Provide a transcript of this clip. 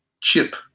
chip